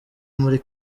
muri